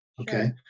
Okay